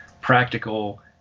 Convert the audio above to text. practical